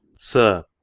sir,